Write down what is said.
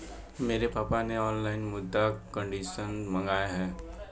मेरे पापा ने ऑनलाइन मृदा कंडीशनर मंगाए हैं